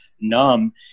numb